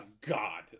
god